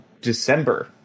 December